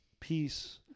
Peace